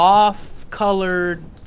off-colored